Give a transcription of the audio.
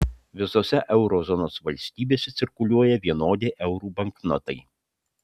visose euro zonos valstybėse cirkuliuoja vienodi eurų banknotai